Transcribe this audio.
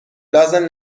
لازم